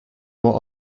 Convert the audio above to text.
more